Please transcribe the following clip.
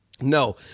No